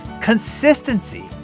Consistency